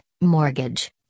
mortgage